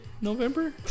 November